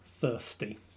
thirsty